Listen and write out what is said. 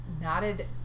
knotted